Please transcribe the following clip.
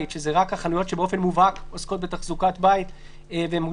אז רצו שלא ייווצר מצב --- אבל חנות טמבור כן יכולה למכור את